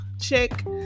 check